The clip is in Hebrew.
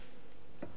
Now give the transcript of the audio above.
בעצם משנה,